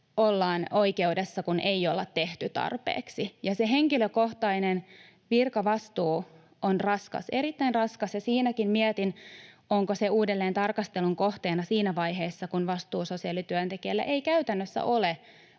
ollaan oikeudessa, kun ei olla tehty tarpeeksi. Se henkilökohtainen virkavastuu on raskas, erittäin raskas, ja sitäkin mietin, onko se uudelleentarkastelun kohteena siinä vaiheessa, kun vastuusosiaalityöntekijällä ei käytännössä ole